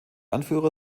anführer